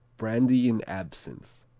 brandy and absinthe.